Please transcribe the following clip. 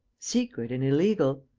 secret and illegal.